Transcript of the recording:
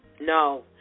No